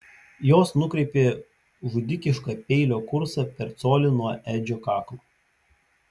jos nukreipė žudikišką peilio kursą per colį nuo edžio kaklo